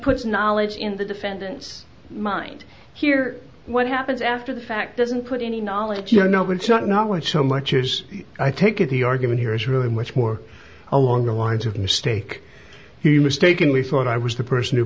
puts knowledge in the defendant's mind here what happens after the fact doesn't put any knowledge you know it's not knowledge so much as i take it the argument here is really much more along the lines of mistake he mistakenly thought i was the person who